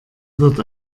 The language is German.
wird